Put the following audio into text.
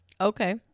Okay